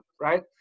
right